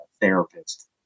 therapist